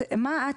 מה את,